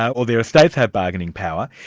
or their estates have bargaining power.